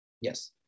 Yes